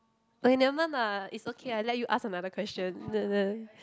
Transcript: okay nevermind ah it's okay I let you ask another question n~ n~